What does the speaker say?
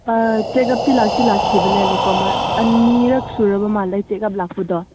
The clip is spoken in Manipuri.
ꯆꯦꯛ ꯑꯞꯇꯤ ꯂꯥꯛꯇꯤ ꯂꯥꯛꯈꯤꯕꯅꯦꯕꯀꯣ ꯑꯅꯤꯔꯛ ꯁꯨꯔꯕ ꯃꯥꯜꯂꯦ ꯆꯦꯛ ꯑꯞ ꯂꯥꯛꯄꯗꯣ